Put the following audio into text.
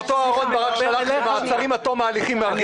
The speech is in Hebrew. ואותו אהרון ברק שלח למעצרים עד תום ההליכים מארגני